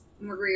Maria